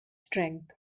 strength